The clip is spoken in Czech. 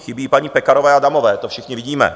Chybí paní Pekarové Adamové, to všichni vidíme.